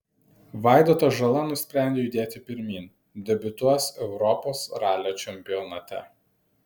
vaidotas žala nusprendė judėti pirmyn debiutuos europos ralio čempionate